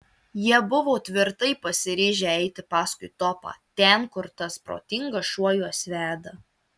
jie buvo tvirtai pasiryžę eiti paskui topą ten kur tas protingas šuo juos veda